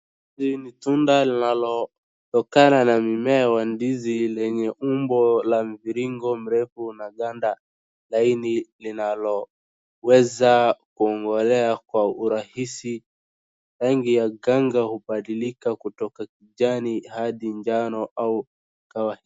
Hii ni tunda linalotokana na mmea wa ndizi linalo umbo la mviringo mrefu na ganda laini linaloweza kung`olewa kwa urahisi. Rangi ya ganda hubadilika kutoka kijani hadi njano au kawa...